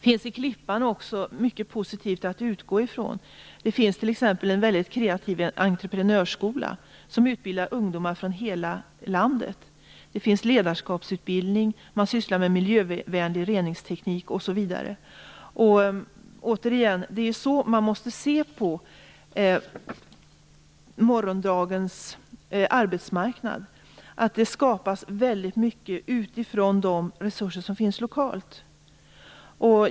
Det finns också mycket positivt att utgå från i Klippan, t.ex. en väldigt kreativ entreprenörsskola som utbildar ungdomar från hela landet. Det finns ledarskapsutbildning, man sysslar med miljövänlig reningsteknik osv. Återigen är det så man måste se på morgondagens arbetsmarknad: att det skapas väldigt mycket utifrån de resurser som finns lokalt.